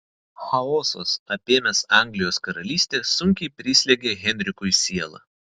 chaosas apėmęs anglijos karalystę sunkiai prislegia henrikui sielą